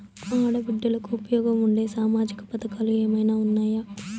ఆడ బిడ్డలకు ఉపయోగం ఉండే సామాజిక పథకాలు ఏమైనా ఉన్నాయా?